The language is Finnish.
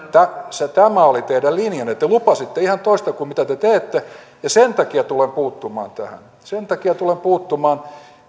tämä oli teidän linjanne te lupasitte ihan toista kuin mitä te te teette sen takia tulen puuttumaan tähän sen takia tulen puuttumaan